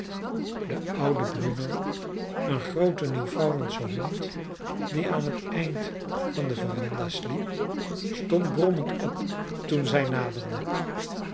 de oude bruno een groote newfoundlandsche hond die aan het eind der veranda sliep stond brommend op toen zij naderde